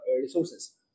resources